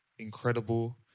incredible